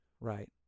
Right